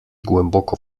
głęboko